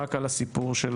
רק על הסיפור של